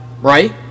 right